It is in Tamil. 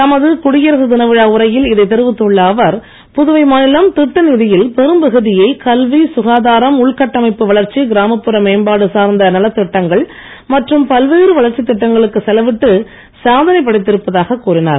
தமது குடியரசு தின விழா உரையில் இதை தெரிவித்துள்ள அவர் புதுவை மாநிலம் திட்ட நிதியில் பெரும்பகுதியை கல்வி சுகாதாரம் உள்கட்டமைப்பு வளர்ச்சி கிராமப்புற மேம்பாடு சார்ந்த நலத்திட்டங்கள் மற்றும் பல்வேறு வளர்ச்சித் திட்டங்களுக்கு செலவிட்டு சாதனை படைத்திருப்பதாகக் கூறினார்